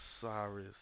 sorry